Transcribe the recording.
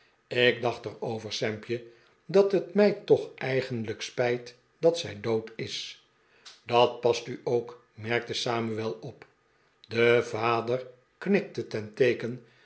ik daeht er over sampje dat het mij toch eigenlijk spijt dat zij dood is dat past u ook merkte samuel op de vader knikte ten teeken